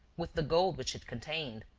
with the gold which it contained.